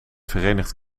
verenigd